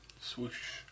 Swoosh